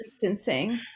distancing